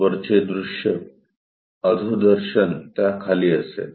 वरचे दृश्य अधोदर्शन त्या खाली असेल